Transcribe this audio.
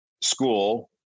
school